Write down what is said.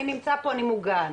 הם מוגנים.